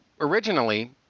originally